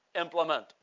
implement